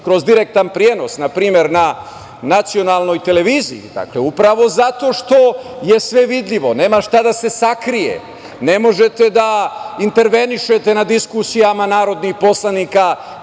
kroz direktan prenos npr. na nacionalnoj televiziji? Upravo zato što je sve vidljivo, nema šta da se sakrije. Ne možete da intervenišete na diskusijama narodnih poslanika,